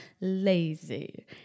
lazy